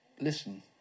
listen